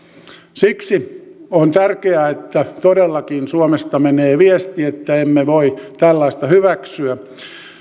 siksi on tärkeää että todellakin suomesta menee viesti että emme voi tällaista hyväksyä